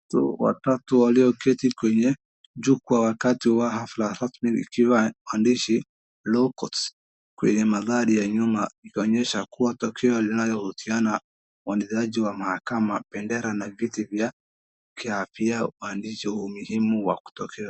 Watu watatu walioketi kwenye juko wakati wa hafla hatimi ikiwa. Maandishi law courts kwenye mandhari ya nyuma. Ikionyesha kuwa tukio linalohusiana waundaji wa mahakama, bendera na viti vya kiafia uandishi muhimu wa kutokea.